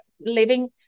living